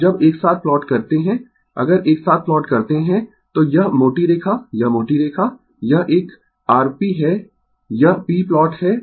अब जब एक साथ प्लॉट करते है अगर एक साथ प्लॉट करते है तो यह मोटी रेखा यह मोटी रेखा यह एक r p है यह p प्लॉट है